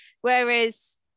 Whereas